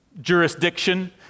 jurisdiction